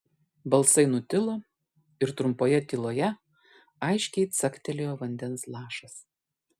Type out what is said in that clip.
balsai nutilo ir trumpoje tyloje aiškiai caktelėjo vandens lašas